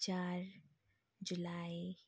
चार जुलाई